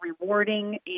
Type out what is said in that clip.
rewarding